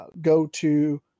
go-to